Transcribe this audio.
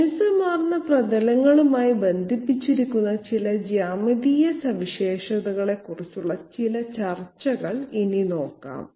മിനുസമാർന്ന പ്രതലങ്ങളുമായി ബന്ധിപ്പിച്ചിരിക്കുന്ന ചില ജ്യാമിതീയ സവിശേഷതകളെക്കുറിച്ചുള്ള ചില ചർച്ചകൾ ഇനി നോക്കാം